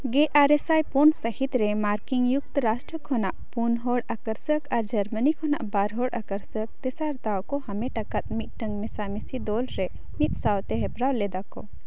ᱜᱮ ᱟᱨᱮᱥᱟᱭ ᱯᱩᱱ ᱥᱟᱹᱦᱤᱛᱨᱮ ᱢᱟᱨᱠᱤᱱ ᱭᱩᱠᱛᱚ ᱨᱟᱥᱴᱚ ᱠᱷᱚᱱᱟᱜ ᱯᱩᱱ ᱦᱚᱲ ᱟᱠᱚᱨᱥᱚᱠ ᱟᱨ ᱡᱟᱨᱢᱟᱱᱤ ᱠᱷᱚᱱᱟᱜ ᱵᱟᱨ ᱦᱚᱲ ᱟᱠᱚᱨᱥᱚᱠ ᱛᱮᱥᱟᱨ ᱫᱟᱣᱠᱚ ᱦᱟᱢᱮᱴ ᱟᱠᱟᱫ ᱢᱤᱫᱴᱟᱝ ᱢᱮᱥᱟᱢᱤᱥᱤ ᱫᱚᱞᱨᱮ ᱢᱤᱫ ᱥᱟᱶᱛᱮ ᱦᱮᱯᱨᱟᱣ ᱞᱮᱫᱟᱠᱚ